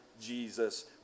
Jesus